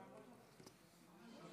גם